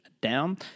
down